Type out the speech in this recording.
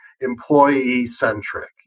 employee-centric